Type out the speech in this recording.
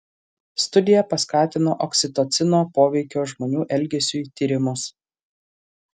studija paskatino oksitocino poveikio žmonių elgesiui tyrimus